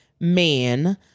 man